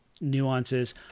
nuances